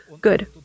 good